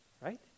right